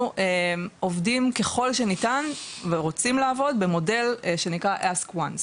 אנחנו עובדים ככל שניתן ורוצים לעבוד במודל שנקרא ask once.